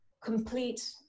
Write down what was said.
complete